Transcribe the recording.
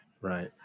Right